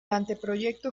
anteproyecto